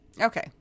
Okay